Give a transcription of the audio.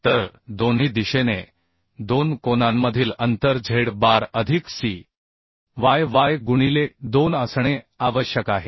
तर दोन्ही दिशेने दोन कोनांमधील अंतर z बार अधिक c y y गुणिले 2 असणे आवश्यक आहे